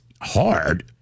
hard